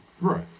Right